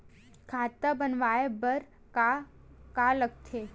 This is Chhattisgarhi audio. खाता बनवाय बर का का लगथे?